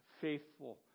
faithful